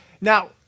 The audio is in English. Now